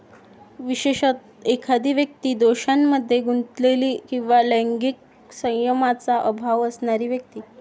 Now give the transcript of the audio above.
विशेषतः, एखादी व्यक्ती दोषांमध्ये गुंतलेली किंवा लैंगिक संयमाचा अभाव असणारी व्यक्ती